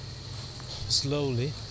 slowly